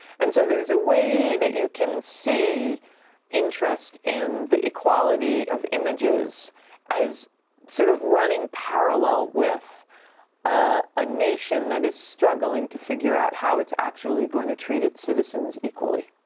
and so, there's a way that you can see interest in the equality of images as sort of running parallel with a, a nation that is struggling to figure out how it's actually going to treat its citizens equally.